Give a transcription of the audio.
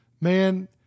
man